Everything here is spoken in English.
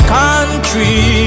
country